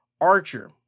Archer